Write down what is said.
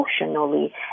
emotionally